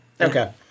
Okay